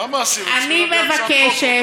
מה מעשים, אני מבקשת.